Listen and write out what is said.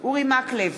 אורי מקלב,